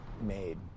made